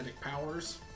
powers